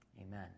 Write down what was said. Amen